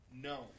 No